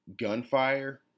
gunfire